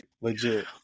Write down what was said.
legit